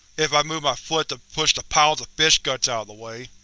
if i move my foot to push the piles of fish guts out of the way.